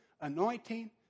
anointing